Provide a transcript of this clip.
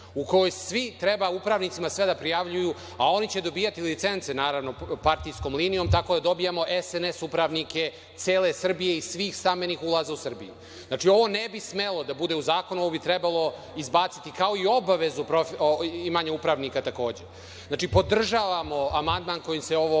u kojoj svi treba upravnicima da prijavljuju, a oni će dobijati licence, naravno, partijskom linijom, tako da dobijamo SNS upravnike cele Srbije i svih stambenih ulaza u Srbiji. Znači, ovo ne bi smelo da bude u zakonu, nego bi trebalo izbaciti, kao i obavezu upravnika, takođe. Podržavamo amandman kojim se ovo